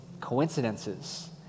coincidences